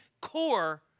core